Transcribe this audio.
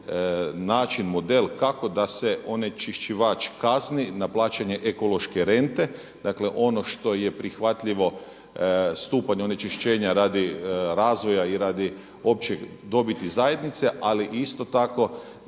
naći model kako da se onečišćivač kazni na plaćanje ekološke rente. Dakle ono što je prihvatljivo, stupanj onečišćenja radi razvoja i radi opće dobiti zajednice ali isto tako